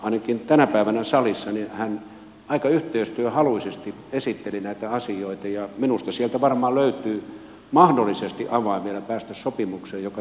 ainakin tänä päivänä salissa hän aika yhteistyöhaluisesti esitteli näitä asioita ja minusta sieltä löytyy mahdollisesti avain vielä päästä sopimukseen joka tyydyttää myös keskustaa